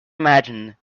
imagine